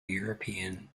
european